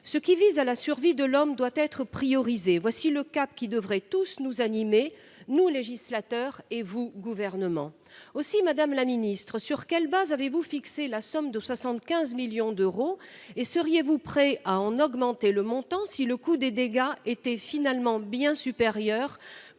Ce qui vise à la survie de l’homme doit être priorisé. Voilà le cap qui devrait nous inspirer, nous, le législateur, et vous, le Gouvernement. Madame la ministre, sur quelle base avez vous fixé la somme de 75 millions d’euros ? Seriez vous prête à en augmenter le montant, si le coût des dégâts était finalement bien supérieur,